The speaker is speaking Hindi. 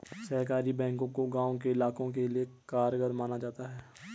सहकारी बैंकों को गांव के इलाकों के लिये कारगर माना जाता है